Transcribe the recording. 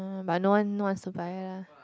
uh but no one no one wants to buy lah